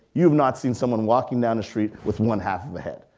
you have not seen someone walking down the street with one half of head.